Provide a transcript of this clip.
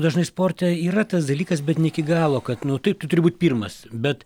dažnai sporte yra tas dalykas bet ne iki galo kad nu taip tu turi būt pirmas bet